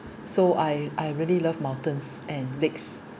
so I I really love mountains and lakes